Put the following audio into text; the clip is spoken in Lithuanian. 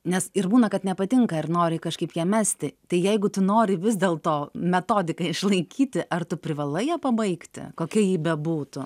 nes ir būna kad nepatinka ir nori kažkaip ją mesti tai jeigu tu nori vis dėl to metodiką išlaikyti ar tu privalai ją pabaigti kokia ji bebūtų